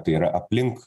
tai yra aplink